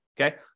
Okay